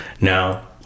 Now